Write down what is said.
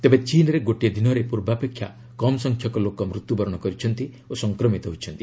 ତେବେ ଚୀନ୍ରେ ଗୋଟିଏ ଦିନରେ ପୂର୍ବାପେକ୍ଷା କମ୍ ସଂଖ୍ୟକ ଲୋକ ମୃତ୍ୟୁବରଣ କରିଛନ୍ତି ଓ ସଂକ୍ରମିତ ହୋଇଛନ୍ତି